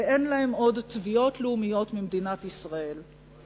ואין להם עוד תביעות לאומיות ממדינת ישראל.